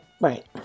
right